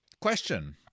question